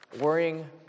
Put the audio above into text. worrying